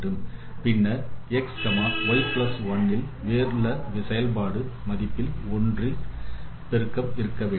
பின்னர் x y 1 இல் உள்ள செயல்பாடு மதிப்பு ஒன்றில் பெருக்க வேண்டும்